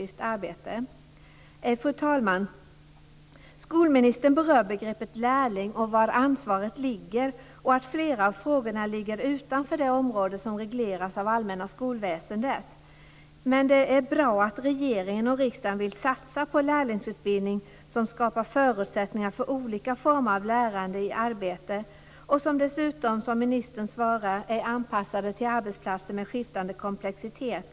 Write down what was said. Skolministern berör begreppet lärling och var ansvaret ligger och att flera av frågorna ligger utanför det område som regleras av det allmänna skolväsendet. Det är bra att regeringen och riksdagen vill satsa på lärlingsutbildning som skapar förutsättningar för olika former av lärande i arbete och som dessutom, som ministern svarar, är anpassade till arbetsplatser med skiftande komplexitet.